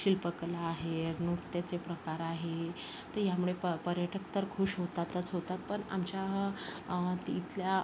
शिल्पकला आहे नृत्याचे प्रकार आहे ते ह्यामुळे प पर्यटक तर खूश होतातच होतात पण आमच्या तिथल्या